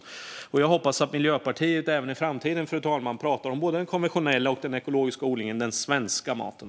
Jag hoppas, fru talman, att Miljöpartiet även i framtiden talar om både den konventionella och den ekologiska odlingen - den svenska maten.